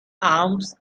arms